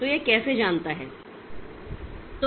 तो यह कैसे जानता है